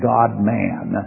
God-man